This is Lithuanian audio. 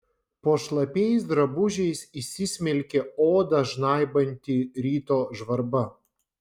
po šlapiais drabužiais įsismelkė odą žnaibanti ryto žvarba